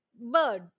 bird